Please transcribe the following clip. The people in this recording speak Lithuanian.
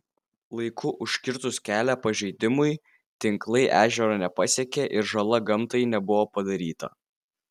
laiku užkirtus kelią pažeidimui tinklai ežero nepasiekė ir žala gamtai nebuvo padaryta